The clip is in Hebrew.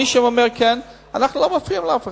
מי שאומר כן, אנחנו לא מפריעים לאף אחד.